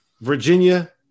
Virginia